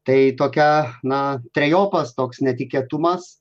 tai tokia na trejopas toks netikėtumas